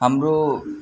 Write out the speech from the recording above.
हाम्रो